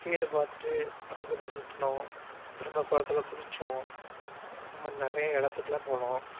தேர் பார்த்துட்டு அதுக்கப்புறம் சுற்றுனோம் திரும்ப குளத்துல குளிச்சோம் இந்த மாதிரி நிறையா இடத்துக்குலாம் போனோம்